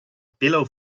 pillow